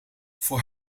voor